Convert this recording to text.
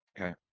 Okay